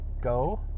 go